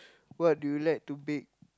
what do you like to bake